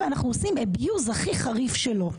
ואנחנו עושים אביוז הכי חריף שלו.